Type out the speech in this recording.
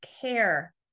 care